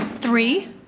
three